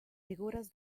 figuras